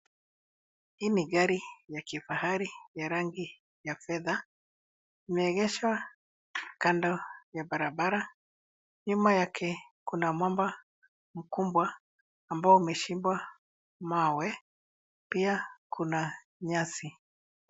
Hii ni gari ya kifahari ya rangi ya fedha. Imeegeshwa kando ya barabara. Nyuma yake kuna mwamba mkubwa ambao umechimbwa mawe. Pia kuna nyasi.